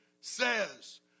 says